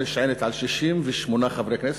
נשענת על 68 חברי כנסת,